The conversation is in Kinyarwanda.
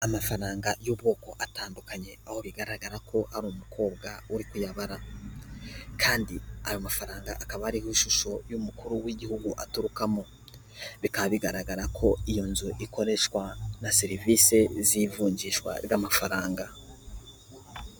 Amafaranga y'ubwoko atandukanye, aho bigaragara ko ari umukobwa uri kuyabara kandi ayo mafaranga akaba ariho ishusho y'umukuru w'igihugu aturukamo, bikaba bigaragara ko iyo nzu ikoreshwa na serivisi z'ivunjishwa ry'amafaranga.